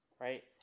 right